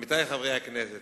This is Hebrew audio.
עמיתי חברי הכנסת,